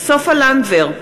סופה לנדבר,